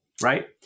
right